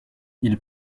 ils